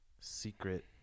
Secret